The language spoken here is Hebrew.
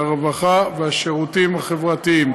הרווחה והשירותים החברתיים.